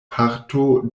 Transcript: parto